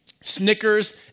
Snickers